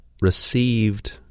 received